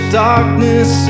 darkness